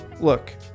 look